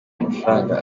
amafaranga